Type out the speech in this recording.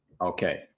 Okay